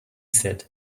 said